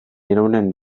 iraunen